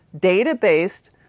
data-based